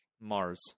Mars